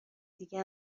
دیگه